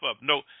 No